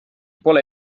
pole